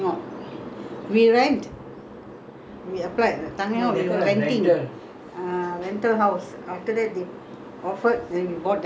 ah rental house after that they offered then we bought the house lah that was our first house I remember the house in tanglin halt